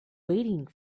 waiting